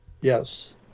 Yes